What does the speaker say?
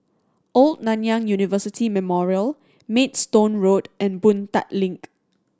Old Nanyang University Memorial Maidstone Road and Boon Tat Link